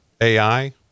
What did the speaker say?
AI